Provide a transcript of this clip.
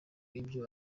ibyo